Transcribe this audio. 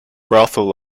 brothel